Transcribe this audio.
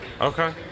Okay